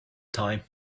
time